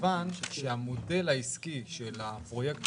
מכיוון שכאשר המודל העסקי של הפרויקט